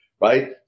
right